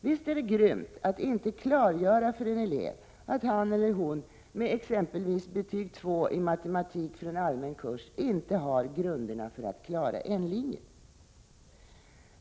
Visst är det grymt att inte klargöra för en elev att han eller hon med t.ex. betyg 2 i matematik från allmän kurs inte har de grunder som krävs för att klara N-linjen.